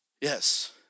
Yes